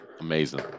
Amazing